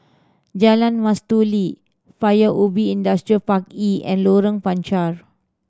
Jalan Mastuli Paya Ubi Industrial Park E and Lorong Panchar